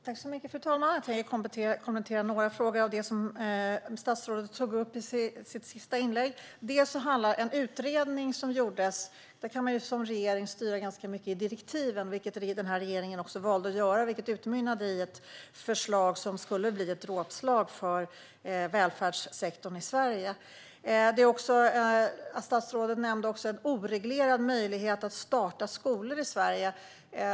Fru talman! Jag ska kommentera några frågor som statsrådet tog upp i sitt senaste inlägg. Statsrådet talade om att det har gjorts en utredning, men där kan man styra ganska mycket genom direktiven, vilket också den här regeringen valde att göra. Det utmynnade i ett förslag som skulle innebära ett dråpslag för välfärdssektorn i Sverige. Statsrådet nämnde också att det finns en oreglerad möjlighet att starta skolor i Sverige.